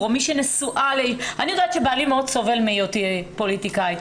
אני יודעת שבעלי מאוד סובל בגלל שאני פוליטיקאית.